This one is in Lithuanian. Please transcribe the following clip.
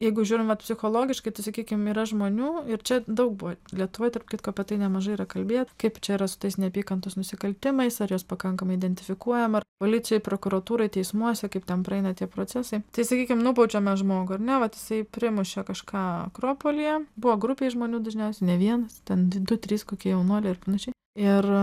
jeigu žiūrim vat psichologiškai tai sakykim yra žmonių ir čia daug buvo lietuvoj tarp kitko apie tai nemažai yra kalbėjo kaip čia yra su tais neapykantos nusikaltimais ar juos pakankamai identifikuojama ar policijoj prokuratūroj teismuose kaip ten praeina tie procesai tai sakykim nubaudžiame žmogų ar ne vat jisai primušė kažką akropolyje buvo grupėj žmonių dažniausiai ne vienas ten d du trys kokie jaunuoliai ir panašiai ir